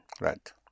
Right